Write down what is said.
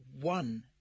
one